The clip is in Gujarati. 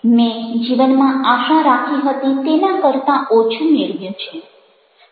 મેં જીવનમાં આશા રાખી હતી તેના કરતાં ઓછું મેળવ્યું છે